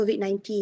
COVID-19